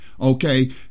okay